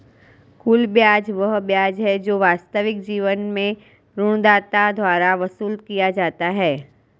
कुल ब्याज वह ब्याज है जो वास्तविक जीवन में ऋणदाता द्वारा वसूल किया जाता है